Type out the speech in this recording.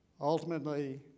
ultimately